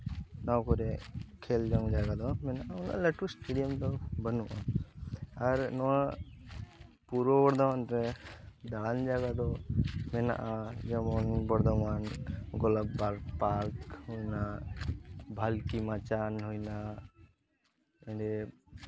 ᱱᱚᱶᱟ ᱠᱚᱨᱮ ᱠᱷᱮᱞ ᱡᱚᱝ ᱡᱟᱭᱜᱟ ᱫᱚ ᱢᱮᱱᱟᱜᱼᱟ ᱩᱱᱟᱹᱜ ᱞᱟᱹᱴᱩ ᱮᱥᱴᱮᱰᱤᱭᱟᱢ ᱫᱚ ᱵᱟᱹᱱᱩᱜᱼᱟ ᱟᱨ ᱱᱚᱶᱟ ᱯᱩᱨᱵᱚ ᱵᱚᱨᱫᱷᱚᱢᱟᱱ ᱨᱮ ᱫᱟᱬᱟᱱ ᱡᱟᱭᱜᱟ ᱫᱚ ᱢᱮᱱᱟᱜᱼᱟ ᱡᱮᱢᱚᱱ ᱵᱚᱨᱫᱷᱚᱢᱟᱱ ᱜᱳᱞᱟᱯᱵᱟᱜᱽ ᱯᱟᱨᱠ ᱢᱮᱱᱟᱜᱼᱟ ᱵᱷᱟᱞᱠᱤ ᱢᱟᱪᱟᱱ ᱦᱩᱭᱮᱱᱟ ᱚᱰᱮᱸ